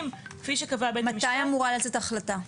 מתי אמורה לצאת החלטה?